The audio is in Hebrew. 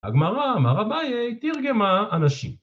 ‫הגמרא, אמר אביי, תרגמה ״אנשים״.